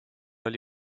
oli